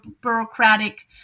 bureaucratic